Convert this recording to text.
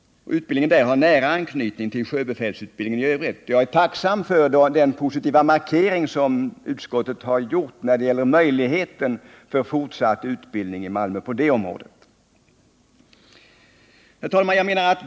Utbildningen har nära anknytning till sjöbefälsutbildningen i övrigt. Jag är tacksam för den positiva markering som utskottet har gjort när det gäller möjligheten till fortsatt utbildning i Malmö på det området. Herr talman!